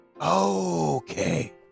Okay